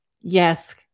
Yes